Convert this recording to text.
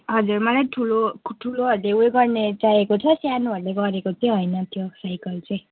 हजुर मलाई ठुलो ठुलोहरूले ऊ यो गर्ने चाहिएको थियो सानोहरूले गरेको चाहिँ होइन त्यो साइकल चाहिँ